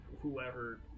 whoever